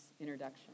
introduction